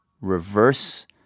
reverse